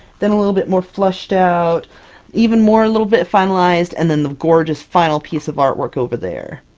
then a little bit more fleshed out even more, a little bit finalized, and then the gorgeous final piece of artwork over there!